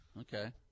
Okay